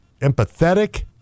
empathetic